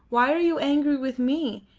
why are you angry with me?